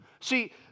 See